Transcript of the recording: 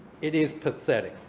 it is pathetic